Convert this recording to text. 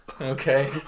Okay